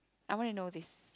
I wanna know this